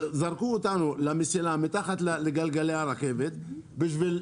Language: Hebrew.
זרקו אותנו למסילה מתחת לגלגלי הרכבת בשביל